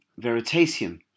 veritasium